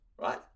right